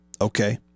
okay